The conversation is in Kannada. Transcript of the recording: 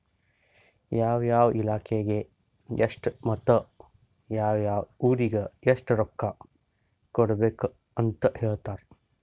ಯಾವ ಯಾವ ಇಲಾಖೆಗ ಎಷ್ಟ ಮತ್ತ ಯಾವ್ ಯಾವ್ ಊರಿಗ್ ಎಷ್ಟ ರೊಕ್ಕಾ ಕೊಡ್ಬೇಕ್ ಅಂತ್ ಹೇಳ್ತಾರ್